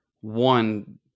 one